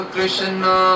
Krishna